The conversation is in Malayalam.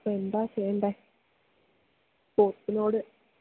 അപ്പോള് എന്താണ് ചെയ്യേണ്ടത് സ്പോർട്സിനോട്